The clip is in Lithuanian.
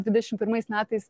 dvidešim pirmais metais